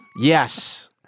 Yes